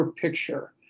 picture